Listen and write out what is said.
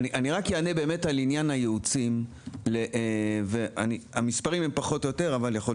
אני אענה על עניין הייעוץ המספרים הם פחות או יותר ויכול להיות